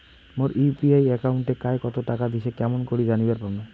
মোর UPI একাউন্টে কায় কতো টাকা দিসে কেমন করে জানিবার পামু?